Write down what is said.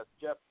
Jeff